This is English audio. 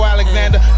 Alexander